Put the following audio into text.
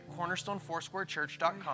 cornerstonefoursquarechurch.com